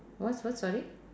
what's what's sorry